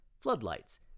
Floodlights